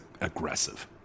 aggressive